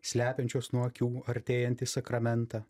slepiančios nuo akių artėjantį sakramentą